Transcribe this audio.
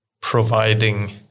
providing